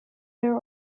their